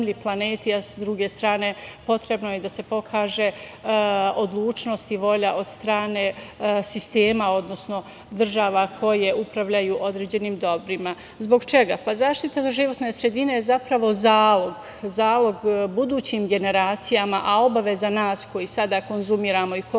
a sa druge strane, potrebno je da se pokaže odlučnost i volja od strane sistema, odnosno država koje upravljaju određenim dobrima. Zbog čega? Pa, zaštita životne sredine je zapravo zalog budućim generacijama, a obaveza nas koji sada konzumiramo i koristimo